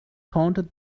taunted